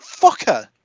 fucker